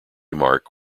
mark